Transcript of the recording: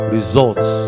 Results